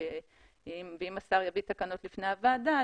ואם השר יביא תקנות בפני הוועדה,